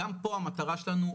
גם פה המטרה שלנו,